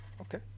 Okay